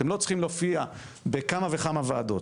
אתם לא צריכים להופיע בכמה וכמה וועדות,